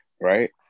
right